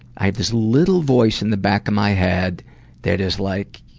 i have this little voice in the back of my head that is like,